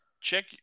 check